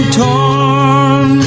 torn